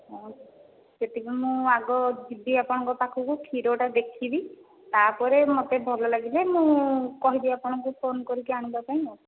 ହଁ ସେତିକ ମୁଁ ଆଗ ଯିବି ଆପଣଙ୍କ ପାଖକୁ କ୍ଷୀରଟା ଦେଖିବି ତା ପରେ ମୋତେ ଭଲ ଲାଗିଲେ ମୁଁ କହିବି ଆପଣଙ୍କୁ ଫୋନ କରିକି ଆଣିବା ପାଇଁ ଆଉ